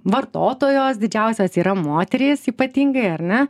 vartotojos didžiausios yra moterys ypatingai ar ne